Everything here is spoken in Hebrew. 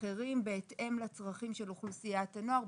אחרים בהתאם לצרכים של אוכלוסיית הנוער.